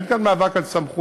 אין כאן מאבק על סמכויות.